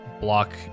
block